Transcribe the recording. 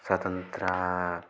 स्वतन्त्रस्य